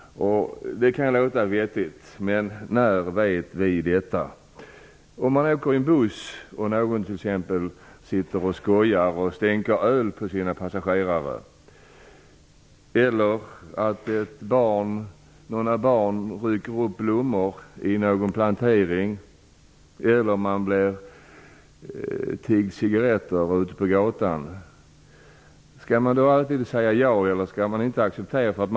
Det kan ju låta vettigt. Men när vet man att det finns en sådan säkerhet? Man kan ju sitta på en buss där någon skojar genom att stänka öl på medpassagerarna. Det kan också handla om barn som rycker upp blommor i en plantering eller om att någon som man möter ute på gatan tigger om cigaretter. Skall man alltid vara tillmötesgående i sådana situationer? Eller skall man inte vara det?